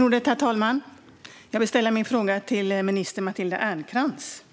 Herr talman! Jag vill ställa min fråga till statsrådet Matilda Ernkrans.